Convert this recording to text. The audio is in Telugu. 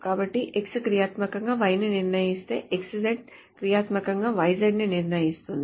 కాబట్టి X క్రియాత్మకంగా Y ని నిర్ణయిస్తే XZ క్రియాత్మకంగా YZ ని నిర్ణయిస్తుంది